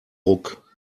ruck